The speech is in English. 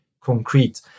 concrete